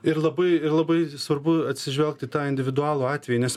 ir labai labai svarbu atsižvelgti į tą individualų atvejį nes